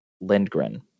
Lindgren